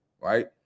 right